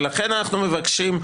ולכן אנחנו מבקשים,